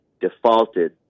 defaulted